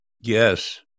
Yes